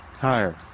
Higher